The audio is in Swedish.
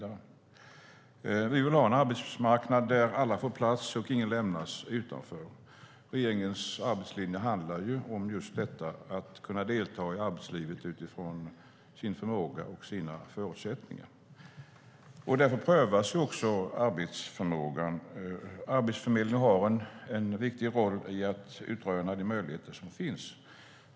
Vi vill ha en arbetsmarknad där alla får plats och ingen lämnas utanför. Regeringens arbetslinje handlar just om att kunna delta i arbetslivet utifrån sin förmåga och sina förutsättningar. Därför prövas arbetsförmågan. Arbetsförmedlingen har en viktig roll i att utröna de möjligheter som finns.